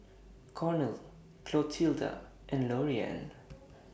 Cornel Clotilda and Loriann